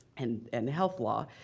and and health law.